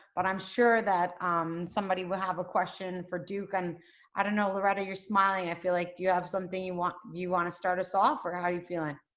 but i'm sure that somebody will have a question for duke and i don't know. loretta you're smiling. i feel like, do you have something you want you want to start us off, or how you feeling.